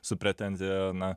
su pretenzija na